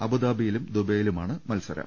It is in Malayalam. അബു ദാബിയിലും ദുബൈയിലുമാണ് മത്സരം